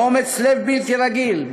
באומץ לב בלתי רגיל,